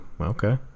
Okay